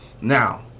Now